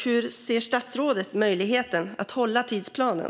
Hur ser statsrådet på möjligheten att hålla tidsplanen?